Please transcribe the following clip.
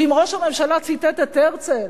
ואם ראש הממשלה ציטט את הרצל,